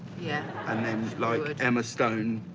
yeah and then like emma stone,